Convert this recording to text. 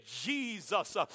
Jesus